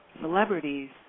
celebrities